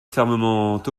fermement